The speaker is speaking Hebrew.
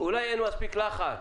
אולי אין מספיק לחץ